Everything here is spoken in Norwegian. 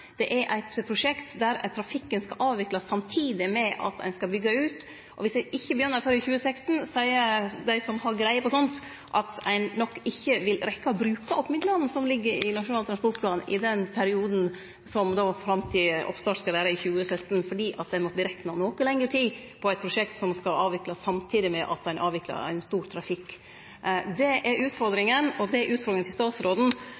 Det er eit prosjekt der trafikken skal avviklast samtidig med at ein skal byggje ut. Viss ein ikkje begynner før i 2016, seier dei som har greie på sånt, at ein nok ikkje vil rekke å bruke opp midlane som ligg i Nasjonal transportplan i perioden fram til oppstart i 2017, fordi ein må rekne med noko lengre tid på eit prosjekt som skal avviklast samtidig med at ein avviklar ein stor trafikk. Det er utfordringa, og utfordringa til statsråden